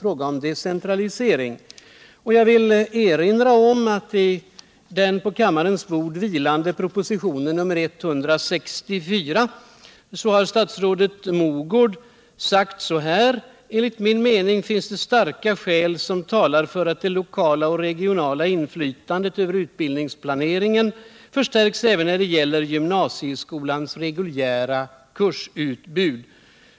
Jag vill erinra om att i en på kammarens bord vilande proposition statsrådet Mogård har sagt: Enligt min mening finns det starka skäl som talar för att det lokala och regionala inflytandet över utbildningsplaneringen förstärks, även när det gäller gymnasieskolans reguljära kursutbud.